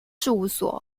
事务所